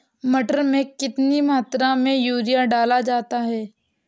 मटर में कितनी मात्रा में यूरिया डाला जाता है?